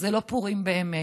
זה לא פורים באמת,